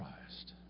Christ